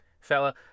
fella